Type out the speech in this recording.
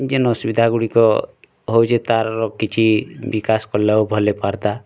ଯେନ୍ ଅସୁବିଧା ଗୁଡ଼ିକ ହଉଛେ ତାର୍ କିଛି ବିକାଶ କଲେ ଭଲ୍ ହେଇ ପାରତା